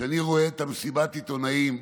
כשאני רואה את מסיבת העיתונאים,